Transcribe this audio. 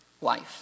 life